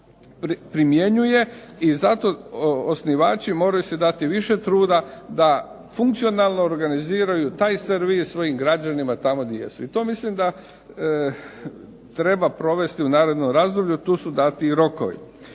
primjenjuje i zato osnivači moraju si dati više truda da funkcionalno organiziraju taj servis svojim građanima tamo gdje jesu i to mislim da treba provesti u narednom razdoblju, tu su dati i rokovi.